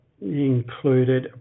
included